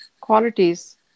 qualities